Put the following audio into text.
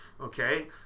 okay